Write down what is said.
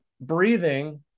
breathing